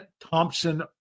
Thompson